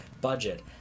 budget